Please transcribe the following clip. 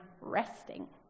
resting